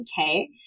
okay